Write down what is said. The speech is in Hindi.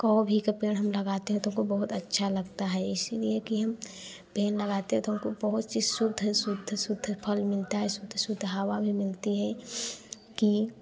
कौ भी का पेड़ हम लगाते हैं तो हमको बहुत अच्छा लगता है इसीलिए कि हम पेड़ लगाते हैं तो हमको बहुत चीज़ शुद्ध शुद्ध शुद्ध फल मिलता है शुद्ध शुद्ध हवा भी मिलती है कि